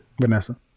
Vanessa